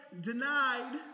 denied